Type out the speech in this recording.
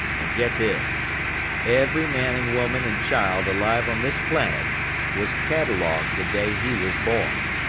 and get this every man and woman and child alive on this planet was catalogued the day he was born.